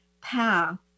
path